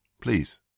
please